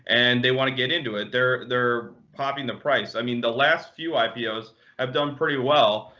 and they want to get into it. they're they're popping the price. i mean, the last few ipos have done pretty well.